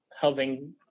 helping